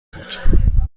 بود